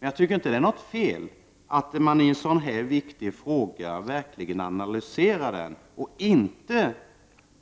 Men jag tycker inte det är fel att i en sådan här viktig fråga verkligen analysera och inte